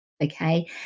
Okay